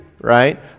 right